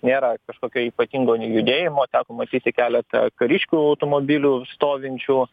nėra kažkokio ypatingo nei nejudėjimo teko matyti keletą kariškių automobilių stovinčių